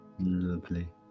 Lovely